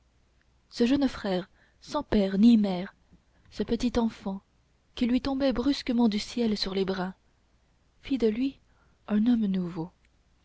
ce jeune frère sans père ni mère ce petit enfant qui lui tombait brusquement du ciel sur les bras fit de lui un homme nouveau